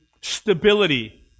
stability